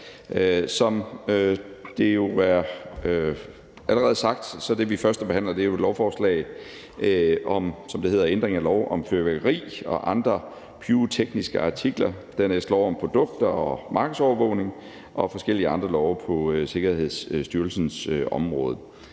Som det jo allerede er sagt, er det, vi førstebehandler, et lovforslag om, som det hedder, ændring af lov om fyrværkeri og andre pyrotekniske artikler, og dernæst lov om produkter og markedsovervågning og forskellige andre love på Sikkerhedsstyrelsens område.